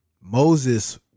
Moses